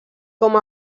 com